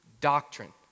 doctrine